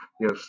Yes